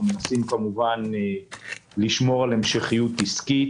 אנחנו מנסים כמובן לשמור על המשכיות עסקית.